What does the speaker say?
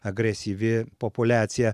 agresyvi populiacija